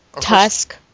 Tusk